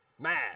Mad